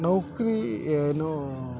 ನೌಕರಿ ಏನು